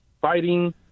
fighting